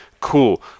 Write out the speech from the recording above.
cool